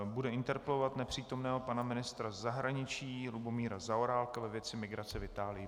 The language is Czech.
Bude interpelovat nepřítomného pana ministra zahraničí Lubomíra Zaorálka ve věci migrace v Itálii.